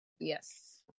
yes